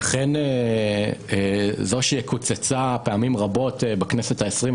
היא אכן זו שקוצצה פעמים רבות בכנסת ה-20,